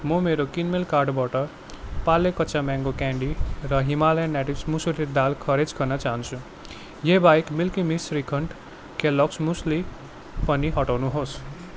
म मेरो किनमेल कार्टबाट पार्ले कच्चा म्याङ्गो क्यान्डी र हिमालयन नेटिभ्स मुसुरी दाल खारेज गर्न चहान्छु यी बाहेक milky mist shrikhand Kellogg's muesli पनि हटाउनुहोस्